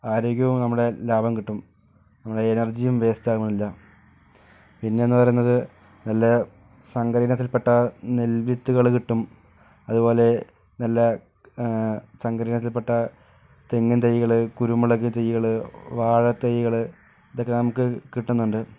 ആരോഗ്യവും നമ്മുടെ ലാഭം കിട്ടും നമ്മുടെ എനർജിയും വേസ്റ്റ് ആവുന്നില്ല പിന്നേന്ന് പറയുന്നത് നല്ല സങ്കര ഇനത്തിൽപെട്ട നെൽ വിത്തുകള് കിട്ടും അതുപോലെ നല്ല സങ്കര ഇനത്തിൽ പെട്ട തെങ്ങും തൈകള് കുരുമുളക് തൈകള് വാഴ തൈകള് ഇതൊക്കെ നമുക്ക് കിട്ടുന്നുണ്ട്